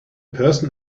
person